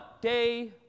Day